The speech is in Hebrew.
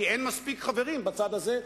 כי אין מספיק חברים בצד הזה,